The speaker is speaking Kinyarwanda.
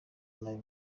nabi